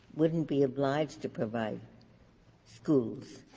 wouldn't be obliged to provide schools?